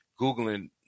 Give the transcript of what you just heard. Googling